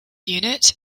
unit